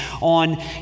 on